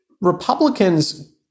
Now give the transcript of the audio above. Republicans